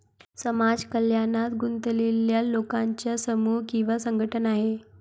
समाज कल्याणात गुंतलेल्या लोकांचा समूह किंवा संघटना आहे